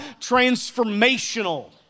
transformational